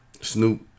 snoop